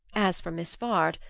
as for miss vard,